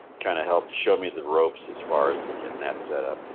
kind of helps show me the ropes as far as again that setup.